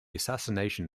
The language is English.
assassination